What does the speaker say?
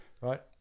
right